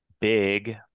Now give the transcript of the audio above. big